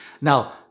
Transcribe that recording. Now